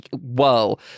whoa